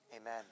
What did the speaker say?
Amen